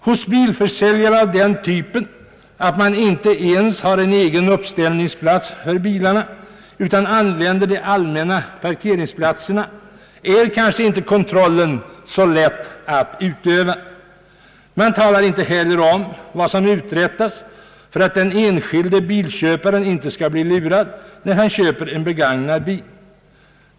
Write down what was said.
Hos bilförsäljare av den typen att de inte ens har en egen uppställningsplats för bilarna utan använder de allmänna parkeringsplatserna är kontrollen kanske inte så lätt att utöva. Det talas inte heller om vad som uträttas för att den enskilde bilköparen inte skall bli lurad när han köper en begagnad bil.